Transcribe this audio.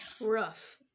Rough